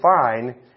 fine